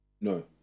no